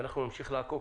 ואנחנו נמשיך לעקוב.